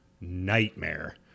nightmare